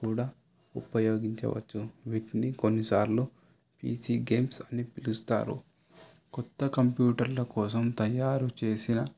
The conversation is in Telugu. కూడా ఉపయోగించవచ్చు వీటిని కొన్నిసార్లు ఈజీ గేమ్స్ అని పిలుస్తారు కొత్త కంప్యూటర్ల కోసం తయారు చేసిన